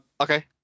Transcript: okay